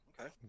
okay